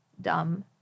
dumb